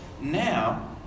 now